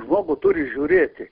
žmogų turi žiūrėti